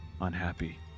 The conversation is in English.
unhappy